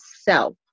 self